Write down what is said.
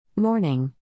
Morning